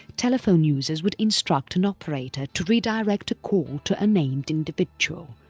telephone users would instruct an operator to redirect a call to a named individual.